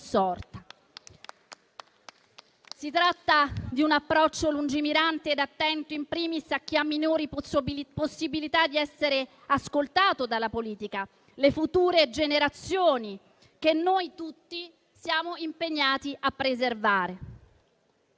Si tratta di un approccio lungimirante e attento *in primis* a chi ha minori possibilità di essere ascoltato dalla politica, le future generazioni, che noi tutti siamo impegnati a preservare.